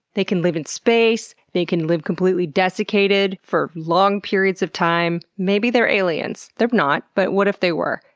they can live in space, they can live completely desiccated for long periods of time, maybe they're aliens. they're not, but what if they were?